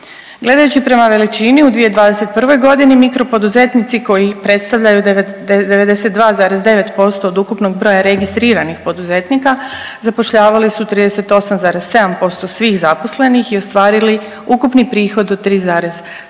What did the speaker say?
Gledajući prema veličini u 2021. mikropoduzetnici koji predstavljaju 92,9% od ukupnog broja registriranih poduzetnika zapošljavali su 38,7% svih zaposlenih i ostvarili ukupni prihod od 3,77